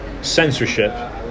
Censorship